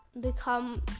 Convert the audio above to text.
become